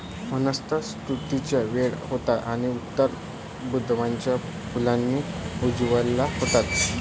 वसंत ऋतूची वेळ होती आणि उतार बदामाच्या फुलांनी उजळला होता